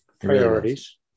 Priorities